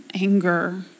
anger